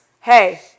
Hey